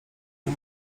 nie